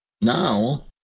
now